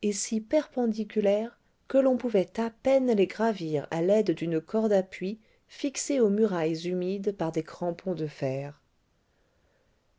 et si perpendiculaires que l'on pouvait à peine les gravir à l'aide d'une corde à puits fixée aux murailles humides par des crampons de fer